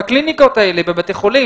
בקליניקות ובבתי חולים.